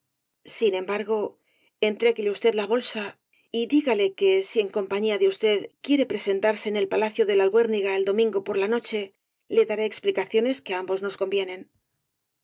sin embargo entregúele usted la bolsa y dígale que si en compañía de usted quiere presentarse en el palacio de la albuérniga el domingo por la noche le daré explicaciones que á ambos nos convienen